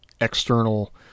external